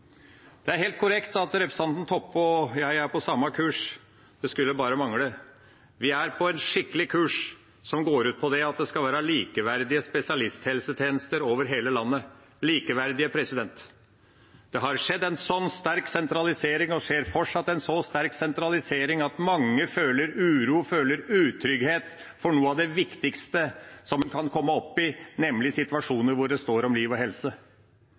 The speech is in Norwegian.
Det er helt korrekt at representanten Toppe og jeg er på samme kurs – det skulle bare mangle! Vi er på en skikkelig kurs, som går ut på at det skal være likeverdige spesialisthelsetjenester over hele landet – likeverdige! Det har skjedd en så sterk sentralisering, og det skjer fortsatt en så sterk sentralisering, at mange føler uro og utrygghet for noe av det viktigste en kan komme oppi, nemlig situasjoner hvor det står om liv og helse.